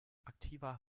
aktiver